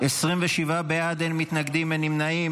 27 בעד, אין מתנגדים, אין נמנעים.